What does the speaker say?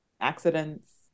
accidents